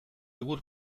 egur